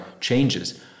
changes